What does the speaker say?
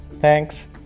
Thanks